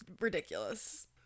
ridiculous